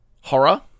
horror